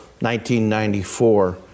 1994